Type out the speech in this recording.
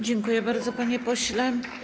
Dziękuję bardzo, panie pośle.